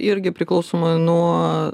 irgi priklausomai nuo